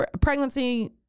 pregnancy